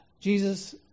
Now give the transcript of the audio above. Jesus